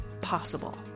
possible